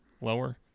lower